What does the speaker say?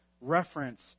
reference